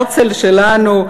הרצל שלנו,